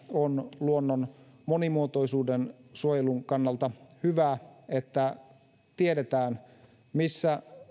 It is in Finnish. on myös luonnon monimuotoisuuden suojelun kannalta hyvä että tiedetään missä